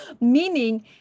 meaning